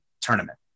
tournament